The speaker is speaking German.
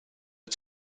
sie